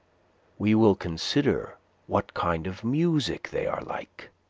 we will consider what kind of music they are like.